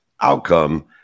outcome